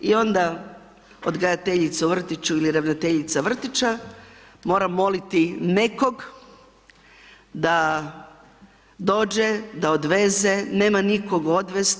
I onda odgajateljica u vrtiću ili ravnateljica vrtića mora moliti nekog da dođe, da odveze, nema nikog odvesti.